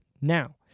Now